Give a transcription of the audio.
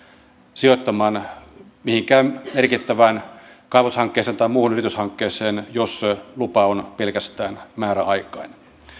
sijoittamaan mihinkään merkittävään kaivoshankkeeseen tai muuhun yrityshankkeeseen jos lupa on pelkästään määräaikainen